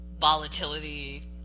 volatility